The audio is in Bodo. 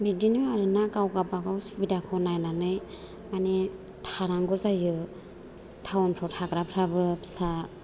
बिदिनो आरोना गाव गावबागाव सुबिदाखौ नायनानै माने थानांगौ जायो टाउनफोराव थाग्राफोराबो फिसा